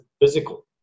physical